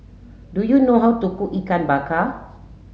do you know how to cook Ikan Bakar